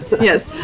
Yes